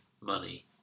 money